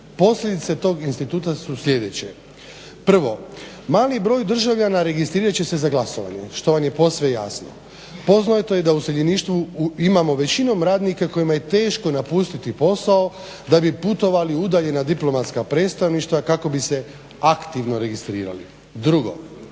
Posljedice tog instituta su sljedeće. Prvo, mali broj državljana registrirat će se za glasovanje što vam je posve jasno. Poznato je da u iseljeništvu imamo većinom radnike kojima je teško napustiti posao da bi putovali u udaljena diplomatska predstavništva kako bi se aktivno registrirali. Drugo,